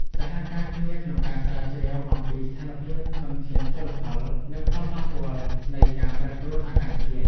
សហការគ្នាក្នុងការស្រាវជ្រាវអំពីស្ថានភាពធនធានជលផល និងផលប៉ះពាល់នៃការប្រែប្រួលអាកាសធាតុ។